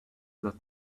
that